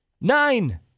nine